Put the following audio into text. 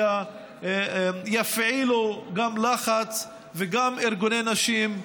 מהקואליציה יפעילו לחץ, וגם ארגוני נשים,